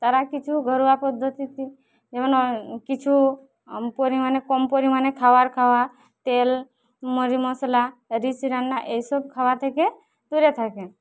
তারা কিছু ঘরোয়া পদ্ধতিতে যেমন কিছু পরিমাণে কম পরিমাণে খাওয়ার খাওয়া তেল মজ মশলা রিচ রান্না এইসব খাওয়া থেকে দূরে থাকে